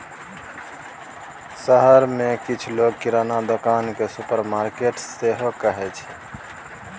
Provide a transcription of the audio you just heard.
शहर मे किछ लोक किराना दोकान केँ सुपरमार्केट सेहो कहै छै